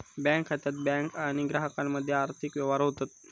bank खात्यात bank आणि ग्राहकामध्ये आर्थिक व्यवहार होतत